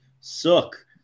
suck